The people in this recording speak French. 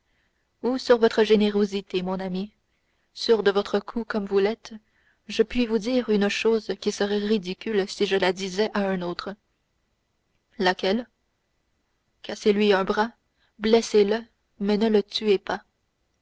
ou sur votre générosité mon ami sûr de votre coup comme vous l'êtes je puis vous dire une chose qui serait ridicule si je la disais à un autre laquelle cassez lui un bras blessez le mais ne le tuez pas